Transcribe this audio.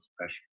special